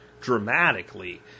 dramatically